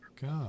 God